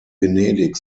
venedig